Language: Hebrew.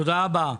תודה רבה.